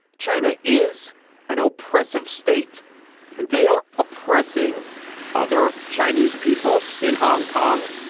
china is an oppressive state and they are oppressing other chinese people in hong kong.